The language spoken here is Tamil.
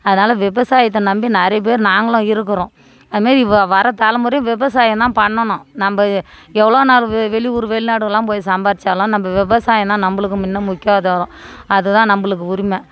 அதனால் விவசாயத்தை நம்பி நிறைய பேர் நாங்களும் இருக்கிறோம் அது மாரி வர தலைமுறையும் விவசாயம் தான் பண்ணணும் நம்ம எவ்வளோ நாள் வெ வெளி ஊர் வெளிநாடுகலாம் போய் சம்பாதிச்சாலும் நம்ம விவசாயம் தான் நம்மளுக்கு முன்ன முக்கியாதாரம் அது தான் நம்மளுக்கு உரிமை